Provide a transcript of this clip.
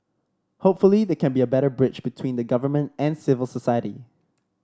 hopefully there can be a better bridge between the government and civil society